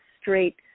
straight